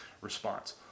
response